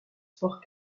sports